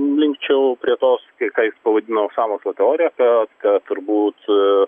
linkčiau prie tos kai ką jis pavadino sąmokslo teorija kad kad turbūt